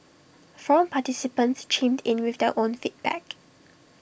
forum participants chimed in with their own feedback